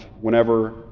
Whenever